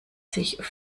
sich